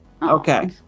Okay